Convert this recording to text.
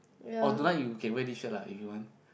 or tonight you can wear this shirt lah if you want